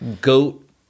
Goat